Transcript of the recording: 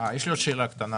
יש לי עוד שאלה קטנה.